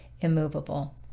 immovable